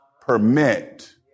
permit